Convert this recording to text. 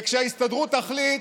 וכשההסתדרות תחליט,